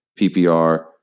PPR